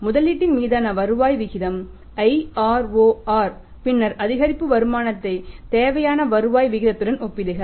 அதாவது முதலீட்டின் மீதான வருவாய் விகிதம் IROR பின்னர் அதிகரிப்பு வருமானத்தை தேவையான வருவாய் விகிதத்துடன் ஒப்பிடுக